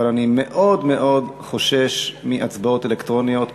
אבל אני מאוד מאוד חושש מהצבעות אלקטרוניות,